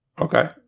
Okay